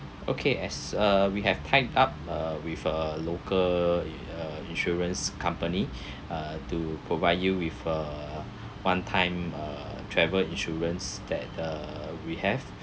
okay as uh we have tied up uh with a local uh insurance company uh to provide you with a one time uh travel insurance that uh we have